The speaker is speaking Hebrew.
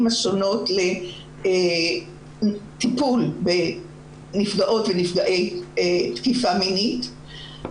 השונות לטיפול בנפגעות ונפגעי תקיפה מינית.